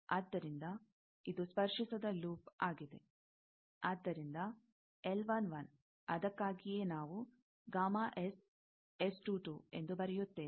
ಆದ್ದರಿಂದ ಇದು ಸ್ಪರ್ಶಿಸದ ಲೂಪ್ ಆಗಿದೆ ಆದ್ದರಿಂದ ಅದಕ್ಕಾಗಿಯೇ ನಾವು ಎಂದು ಬರೆಯುತ್ತೇವೆ